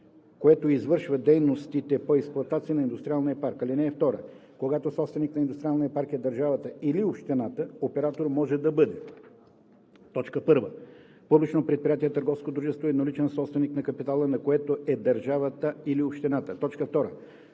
което извършва дейностите по експлоатация на индустриалния парк. (2) Когато собственик на индустриалния парк е държавата или общината, оператор може да бъде: 1. публично предприятие – търговско дружество, едноличен собственик на капитала, на което е държавата или общината; 2.